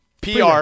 PR